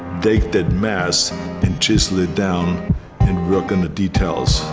take that mass and chisel it down and work on the details.